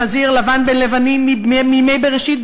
חזיר לבן בן לבנים מימי בראשית,